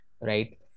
right